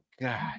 God